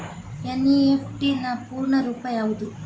NEFT ನ ಪೂರ್ಣ ರೂಪ ಯಾವುದು?